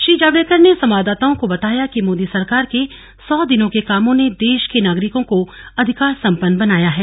श्री जावडेकर ने संवाददाताओं को बताया कि मोदी सरकार के सौ दिनों के कामों ने देश के नागरिकों को अधिकार संपन्न बनाया है